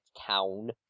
Town